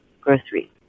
groceries